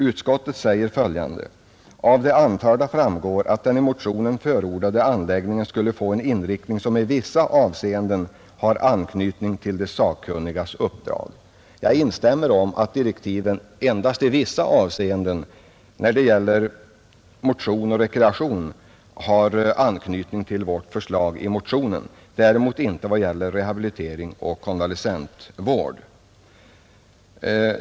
Utskottet säger nämligen: ”Av det anförda framgår att den i motionen förordade anläggningen skulle få en inriktning som i vissa avseenden har anknytning till de sakkunnigas uppdrag.” Jag instämmer i att direktiven endast i vissa avseenden har anknytning till vårt förslag när det gäller motion och rekreation, däremot inte när det gäller rehabilitering och konvalescentvård.